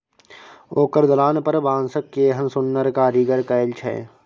ओकर दलान पर बांसक केहन सुन्नर कारीगरी कएल छै